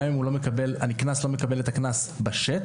גם אם הנקנס לא מקבל את הקנס בשטח,